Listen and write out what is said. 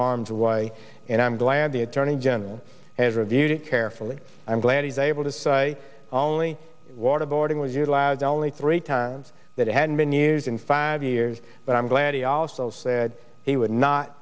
harm's way and i'm glad the attorney general has reviewed it carefully i'm glad he's able to say only waterboarding was utilized only three times that had been years and five years but i'm glad he also said he would not